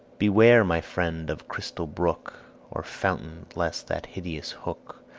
beware, my friend, of crystal brook or fountain, lest that hideous hook,